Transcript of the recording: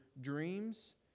dreams